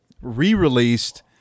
re-released